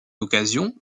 occasion